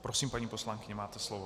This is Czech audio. Prosím, paní poslankyně, máte slovo.